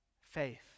faith